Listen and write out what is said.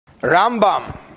Rambam